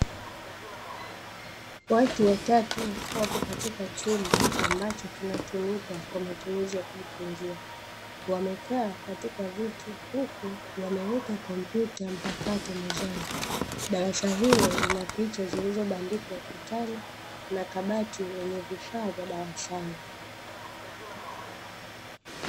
Watu watatu wapo katika chumba ambacho kinatumika kwa matumiziz ya kujifunzia wamekaa katika viti huku wameweka kompyuta mpakato mezani darasa hilo lina picha zilizobandikwa ukutani na kabati lenye vifaa vya darasani.